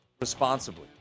responsibly